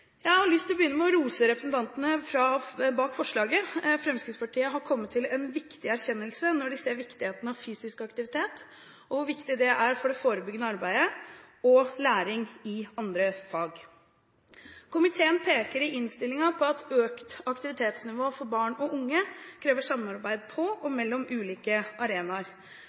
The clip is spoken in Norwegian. Jeg har lyst til å begynne med å rose representantene som står bak forslaget. Fremskrittspartiet har kommet til en viktig erkjennelse når de ser viktigheten av fysisk aktivitet, hvor viktig det er for det forebyggende arbeidet og for læring i andre fag. Komiteen peker i innstillingen på at økt aktivitetsnivå for barn og unge krever samarbeid på og mellom ulike arenaer.